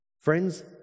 Friends